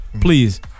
Please